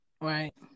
Right